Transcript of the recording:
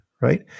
right